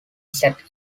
set